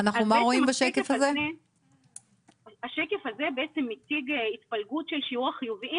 השקף הזה מציג התפלגות של שיעור החיוביים